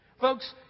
Folks